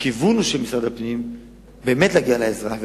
והכיוון של משרד הפנים הוא באמת להגיע לאזרח,